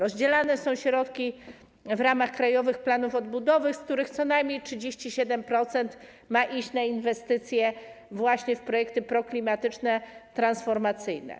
Rozdzielane są środki w ramach krajowych planów odbudowy, z których co najmniej 37% ma iść na inwestycje w projekty proklimatyczne, transformacyjne.